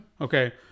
Okay